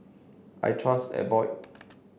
I trust Abbott